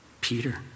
Peter